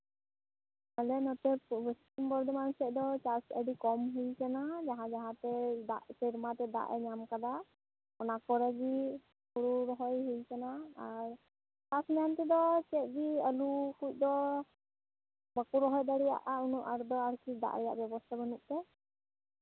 ᱟᱞᱮ ᱱᱚᱛᱮ ᱯᱚᱥᱪᱤᱢ ᱵᱚᱨᱫᱷᱚᱢᱟᱱ ᱥᱮᱫ ᱫᱚ ᱪᱟᱥ ᱟᱹᱰᱤ ᱠᱚᱢ ᱦᱩᱭ ᱠᱟᱱᱟ ᱡᱟᱦᱟᱸ ᱡᱟᱦᱟᱸᱛᱮ ᱥᱮᱨᱢᱟ ᱛᱮ ᱫᱟᱜᱼᱮ ᱧᱟᱢ ᱟᱠᱟᱫᱟ ᱚᱱᱟ ᱠᱚᱨᱮ ᱜᱮ ᱦᱩᱲᱩ ᱨᱚᱦᱚᱭ ᱦᱩᱭ ᱠᱟᱱᱟ ᱟᱨ ᱪᱟᱥ ᱢᱮᱱ ᱛᱮᱫᱚ ᱪᱮᱫ ᱜᱮ ᱟᱹᱞᱩ ᱠᱚᱫᱚ ᱵᱟᱠᱚ ᱨᱚᱦᱚᱭ ᱫᱟᱲᱮᱭᱟᱜᱼᱟ ᱩᱱᱟᱹᱜ ᱟᱨ ᱫᱚ ᱟᱨᱠᱤ ᱫᱟᱜ ᱨᱮᱭᱟᱜ ᱵᱮᱵᱚᱥᱛᱷᱟ ᱵᱟᱹᱱᱩᱜ ᱛᱮ